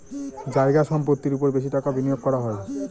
জায়গা সম্পত্তির ওপর বেশি টাকা বিনিয়োগ করা হয়